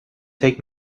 take